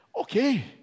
Okay